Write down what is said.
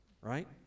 right